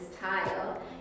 tile